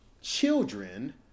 children